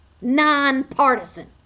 nonpartisan